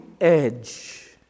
edge